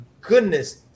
goodness